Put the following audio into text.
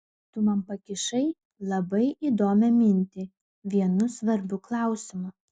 tu man pakišai labai įdomią mintį vienu svarbiu klausimu